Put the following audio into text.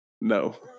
no